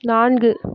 நான்கு